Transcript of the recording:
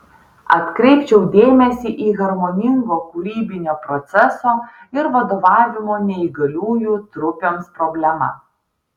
atkreipčiau dėmesį į harmoningo kūrybinio proceso ir vadovavimo neįgaliųjų trupėms problemą